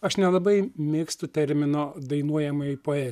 aš nelabai mėgstu termino dainuojamoji poe